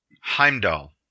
Heimdall